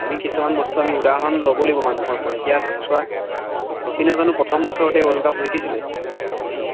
আমি কিছুমান বস্তু আমি উদাহৰণ ল'ব লাগিব মানুহৰ পৰা এতিয়া চোৱা শচীনে জানো প্ৰথম বছৰতে ৱৰ্ল্ড কাপ জিকিছিলে হে